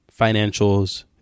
financials